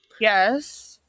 Yes